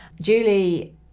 Julie